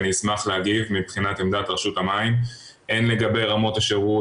אני אשמח להגיב מבחינת עמדת רשות המים הן לגבי רמות השירות,